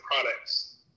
products